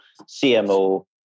CMO